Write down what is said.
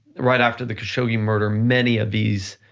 right after the khashoggi murder, many of these